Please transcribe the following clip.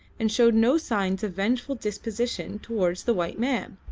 and showed no signs of vengeful disposition towards the white man.